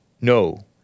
No